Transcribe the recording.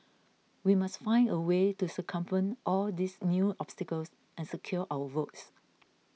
we must find a way to circumvent all these new obstacles and secure our votes